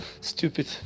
stupid